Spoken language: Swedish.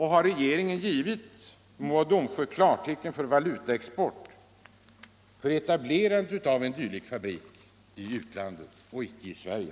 Har regeringen givit MoDo klartecken för valutaexport för etablerandet av en dylik fabrik i utlandet och icke i Sverige?